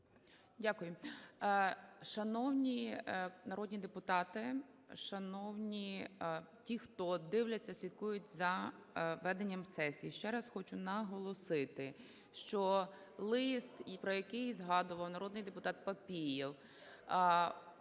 Дякую. Шановні народні депутати! Шановні ті, хто дивляться, слідкують за веденням сесії! Ще раз хочу наголосити, що лист, про який згадував народний депутат Папієв,